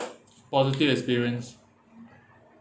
positive experience